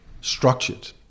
structured